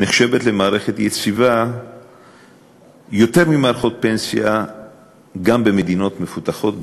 נחשבת למערכת יציבה יותר ממערכות פנסיה גם במדינות מפותחות,